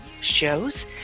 shows